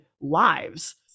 lives